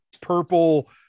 purple